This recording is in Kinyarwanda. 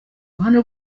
ruhande